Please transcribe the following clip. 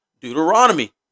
Deuteronomy